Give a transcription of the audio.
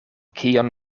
kion